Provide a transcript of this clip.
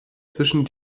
zwischen